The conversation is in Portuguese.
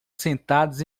sentados